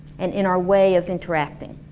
and in our way of interacting.